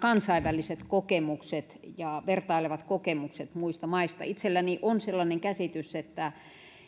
kansainväliset kokemukset ja vertailevat kokemukset muista maista itselläni on sellainen käsitys että